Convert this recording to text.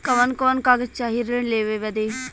कवन कवन कागज चाही ऋण लेवे बदे?